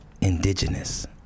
Indigenous